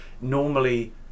normally